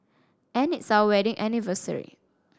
and it's our wedding anniversary